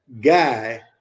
guy